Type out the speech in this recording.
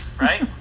right